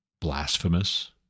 blasphemous